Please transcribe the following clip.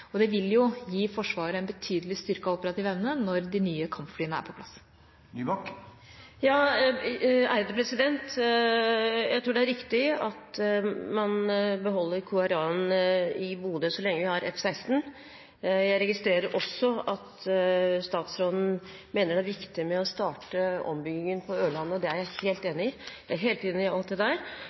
Det vil gi Forsvaret en betydelig styrket operativ evne når de nye kampflyene er på plass. Jeg tror det er riktig at man beholder QRA-en i Bodø så lenge vi har F-16. Jeg registrerer også at statsråden mener det er viktig å starte ombyggingen på Ørlandet. Det er jeg helt enig i. Jeg er helt enig i alt det der.